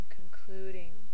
concluding